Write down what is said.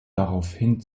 daraufhin